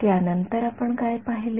त्यानंतर आपण काय पाहिले